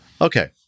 Okay